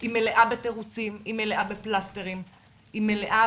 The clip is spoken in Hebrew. היא מלאה בתירוצים, היא מלאה בפלסטרים, היא מלאה